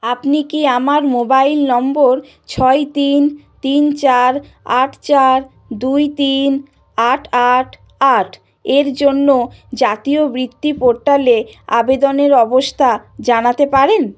আপনি কি আমার মোবাইল নম্বর ছয় তিন তিন চার আট চার দুই তিন আট আট আট এর জন্য জাতীয় বৃত্তি পোর্টালে আবেদনের অবস্থা জানাতে পারেন